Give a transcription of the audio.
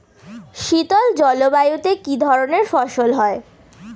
শীতল জলবায়ুতে কি ধরনের ফসল হয়?